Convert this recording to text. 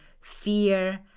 fear